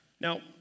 Now